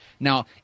Now